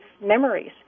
memories